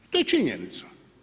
To je činjenica.